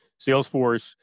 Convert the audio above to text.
Salesforce